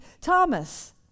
Thomas